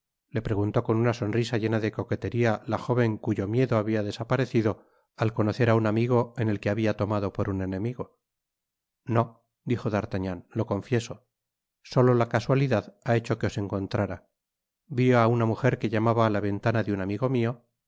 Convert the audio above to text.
le preguntó con una sonrisa llena de coquetería la jóven cuyo miedo habia desaparecido al conocer á un amigo en el que habia tomado por un enemigo no dijo d'artagnan lo confieso solo la casualidad ha hecho que os encontrara vi á una mujer que llamaba á la ventana de un amigo mio